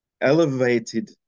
elevated